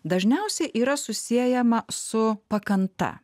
dažniausiai yra susiejama su pakanta